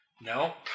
no